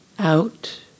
out